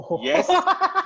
Yes